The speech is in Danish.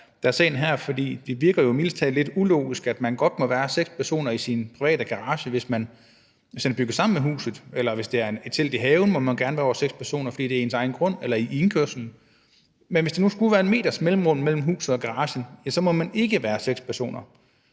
der er sagen her, for det virker jo mildest talt lidt ulogisk, at man godt må være seks personer i ens private garage, hvis den er bygget sammen med huset, eller at man må, hvis det er et telt i haven. Der må man gerne være over seks personer, fordi det er på ens egen grund eller i ens indkørsel. Men hvis der nu skulle være en meters mellemrum mellem huset og garagen, så må man ikke være seks personer.